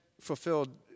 fulfilled